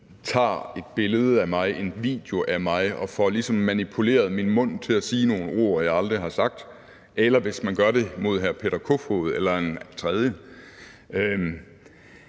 tager et billede af mig eller en video af mig og ligesom får manipuleret min mund til at sige nogle ord, jeg aldrig har sagt, eller hvis man gør det mod hr. Peter Kofod eller en tredje.